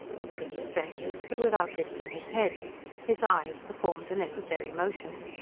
looked at the strangers, but without lifting his head his eyes performed the necessary motion.